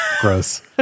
Gross